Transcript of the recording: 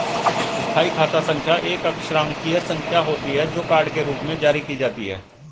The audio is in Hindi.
स्थायी खाता संख्या एक अक्षरांकीय संख्या होती है, जो कार्ड के रूप में जारी की जाती है